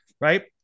right